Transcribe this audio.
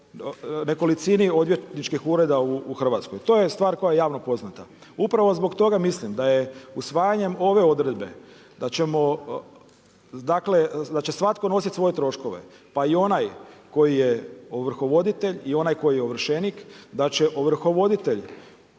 nekolicini odvjetničkih ureda u Hrvatskoj. To je stvar koja je javno poznata. Upravo zbog toga mislim da je usvajanjem ove odredbe da ćemo dakle, da će svatko nositi svoje troškove pa i onaj koji je ovrhovoditelj i onaj koji je ovršenik, da će ovrhovoditelj,